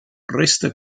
resta